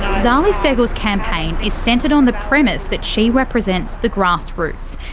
zali steggall's campaign is centred on the premise that she represents the grassroots.